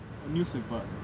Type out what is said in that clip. oh newspaper